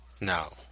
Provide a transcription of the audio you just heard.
No